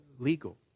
Legal